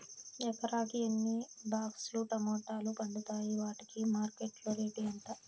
ఎకరాకి ఎన్ని బాక్స్ లు టమోటాలు పండుతాయి వాటికి మార్కెట్లో రేటు ఎంత?